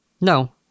No